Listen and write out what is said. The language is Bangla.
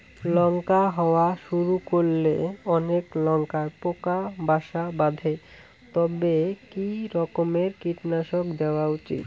লঙ্কা হওয়া শুরু করলে অনেক লঙ্কায় পোকা বাসা বাঁধে তবে কি রকমের কীটনাশক দেওয়া উচিৎ?